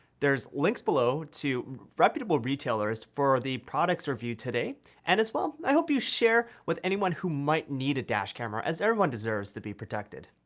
there's links below to reputable retailers for the products reviewed today and as well i hope you share with anyone who might need a dash camera as everyone deserves to be protected.